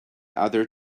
other